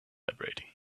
vibrating